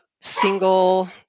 single